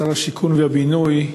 שר הבינוי והשיכון,